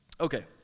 Okay